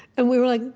and we were like,